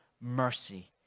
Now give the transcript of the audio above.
mercy